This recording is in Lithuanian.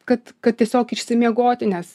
kad kad tiesiog išsimiegoti nes